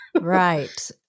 Right